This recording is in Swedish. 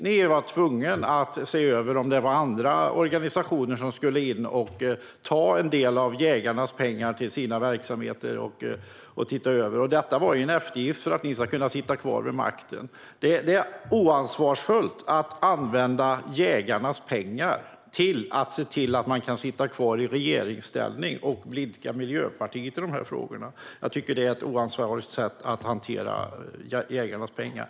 Ni var tvungna att se över om det fanns andra organisationer som skulle in och ta en del av jägarnas pengar till sina verksamheter. Detta var en eftergift för att ni skulle kunna sitta kvar vid makten. Det är oansvarigt att använda jägarnas pengar för att se till att man kan sitta kvar i regeringsställning och blidka Miljöpartiet i dessa frågor. Jag tycker att det är ett oansvarigt sätt att hantera jägarnas pengar.